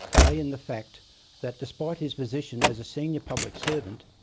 lay in the fact that, despite his position as a senior public servant,